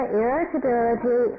irritability